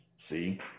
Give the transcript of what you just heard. See